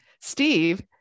Steve